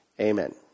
Amen